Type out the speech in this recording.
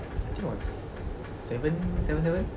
I think was seven seven seven